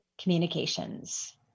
communications